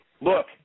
look